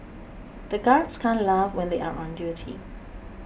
the guards can't laugh when they are on duty